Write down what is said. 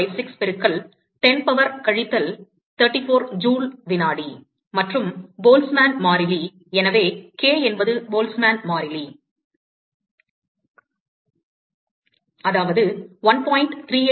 6256 பெருக்கல் 10 பவர் கழித்தல் 34 ஜூல் வினாடி மற்றும் போல்ட்ஸ்மேன் மாறிலி எனவே k என்பது போல்ட்ஸ்மேன் மாறிலி அதாவது 1